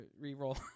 re-roll